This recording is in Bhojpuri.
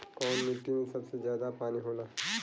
कौन मिट्टी मे सबसे ज्यादा पानी होला?